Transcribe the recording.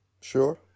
Sure